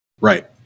Right